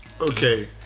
Okay